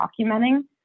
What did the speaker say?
documenting